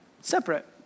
Separate